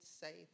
say